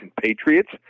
Patriots